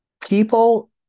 People